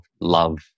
love